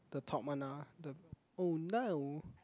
the top one ah the oh no